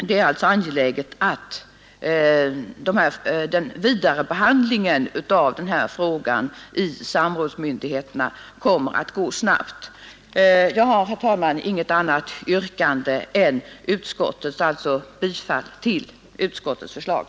Det är alltså angeläget att vidarebehandlingen av denna fråga hos samrådsmyndigheterna kommer att gå snabbt. Herr talman! Jag har inget annat yrkande än om bifall till utskottets hemställan.